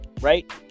right